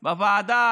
תלונתו של שר האוצר,